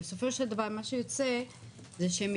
הם בעצם אלה